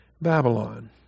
Babylon